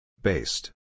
Based